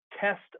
test